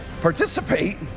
participate